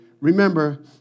Remember